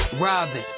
Robin